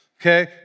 okay